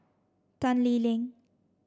Tan Lee Leng